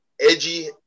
edgy